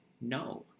no